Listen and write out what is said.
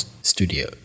studio